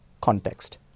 context